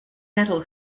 metal